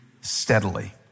steadily